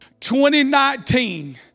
2019